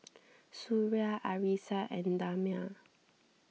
Suria Arissa and Damia